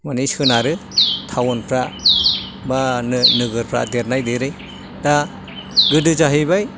माने सोनारो थाउनफ्रा बा नो नोगोरफ्रा देरनाय देरै दा गोदो जाहैबाय